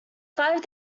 five